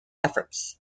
efforts